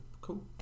Cool